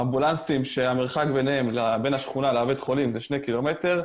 אמבולנסים שהמרחק בין השכונה לבית החולים הוא שני קילומטרים,